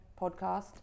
podcast